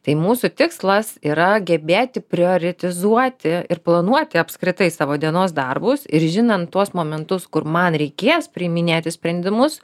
tai mūsų tikslas yra gebėti prioritizuoti ir planuoti apskritai savo dienos darbus ir žinant tuos momentus kur man reikės priiminėti sprendimus